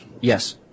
Yes